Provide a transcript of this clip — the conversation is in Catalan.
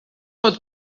pot